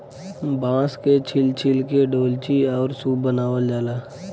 बांस के छील छील के डोल्ची आउर सूप बनावल जाला